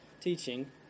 teaching